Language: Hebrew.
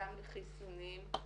גם לחיסונים,